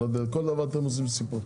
בכל דבר אתם עושים סיפור.